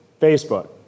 Facebook